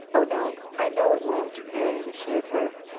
oh, no, i know it won't, marian assured her.